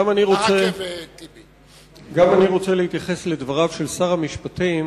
גם אני רוצה להתייחס לדבריו של שר המשפטים